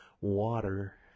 water